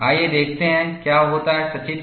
आइए देखते हैं क्या होता है सचित्र